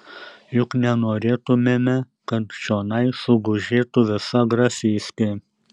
juk nenorėtumėme kad čionai sugužėtų visa grafystė